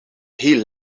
heel